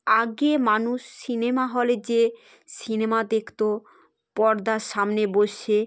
আগে মানুষ সিনেমা হলে যেয়ে সিনেমা দেখত পর্দার সামনে বসে